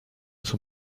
son